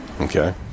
Okay